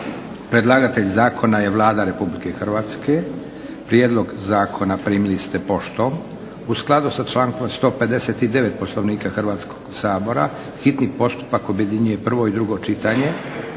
Predlagatelj je Vlada Republike Hrvatske. Prijedlog zakona primili ste u poštom. u skladu sa člankom 159. Poslovnika Hrvatskog sabora hitni postupak objedinjuje prvo i drugo čitanje,